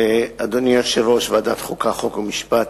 אדוני יושב-ראש ועדת החוקה, חוק ומשפט,